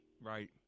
Right